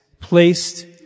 placed